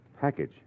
Package